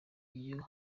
iyo